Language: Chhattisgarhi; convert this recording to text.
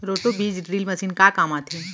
रोटो बीज ड्रिल मशीन का काम आथे?